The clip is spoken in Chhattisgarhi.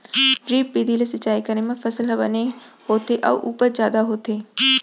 ड्रिप बिधि ले सिंचई करे म फसल ह बने होथे अउ उपज जादा होथे